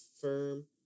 firm